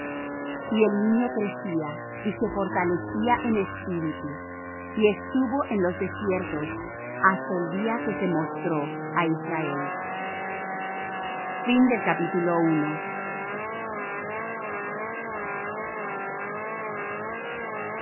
y el niño crecía y se fortalecía en espíritu y estuvo en los desiertos hasta el día que se mostró á israel y